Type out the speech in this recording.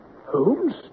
Holmes